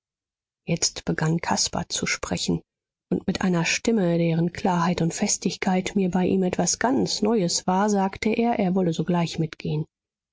jetzt begann caspar zu sprechen und mit einer stimme deren klarheit und festigkeit mir bei ihm etwas ganz neues war sagte er er wolle sogleich mitgehen